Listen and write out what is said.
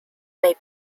may